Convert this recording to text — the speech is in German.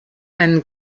einen